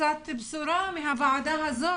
קצת בשורה מהוועדה הזאת.